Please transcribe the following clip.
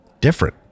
different